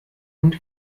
und